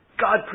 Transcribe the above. God